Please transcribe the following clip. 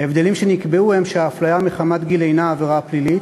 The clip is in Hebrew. ההבדלים שנקבעו הם שהאפליה מחמת גיל אינה עבירה פלילית